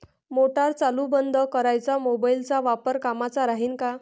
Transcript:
Motor चालू बंद कराच मोबाईलचा वापर कामाचा राहीन का?